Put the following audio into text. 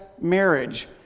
marriage